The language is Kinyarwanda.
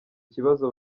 kibazo